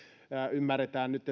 ymmärretään nyt